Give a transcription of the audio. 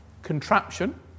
contraption